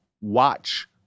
watch